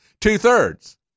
two-thirds